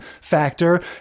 factor